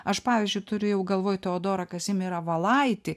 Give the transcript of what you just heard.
aš pavyzdžiui turėjau galvoj teodorą kazimierą valaitį